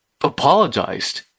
apologized